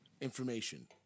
Information